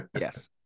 Yes